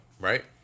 right